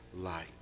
light